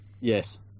Yes